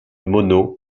mono